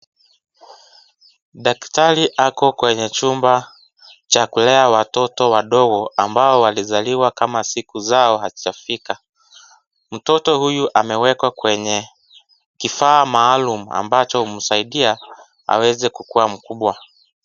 Daktari ako kwenye chumba cha kulea watoto wadogo ambao walizaliwa kama siku zao hazijafika. Mtoto huyu amewekwa kwenye kifaa maalum ambacho humsaidia aweze kukuwa mkubwa.